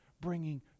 bringing